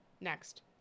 Next